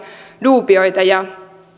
duubioita